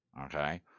okay